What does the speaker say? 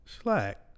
slack